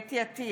חוה אתי עטייה,